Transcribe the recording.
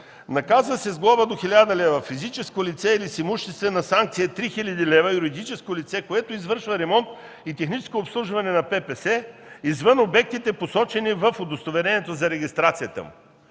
„Наказва се с глоба до 1000 лв. физическо лице или с имуществена санкция 3000 лв. юридическо лице, което извършва ремонт и техническо обслужване на ППС извън обектите, посочени в удостоверението за регистрацията му”.